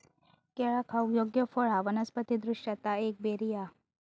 केळा खाऊक योग्य फळ हा वनस्पति दृष्ट्या ता एक बेरी हा